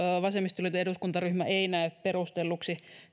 vasemmistoliiton eduskuntaryhmä ei näe perustelluksi